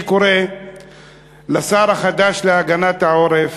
אני קורא לשר החדש להגנת העורף,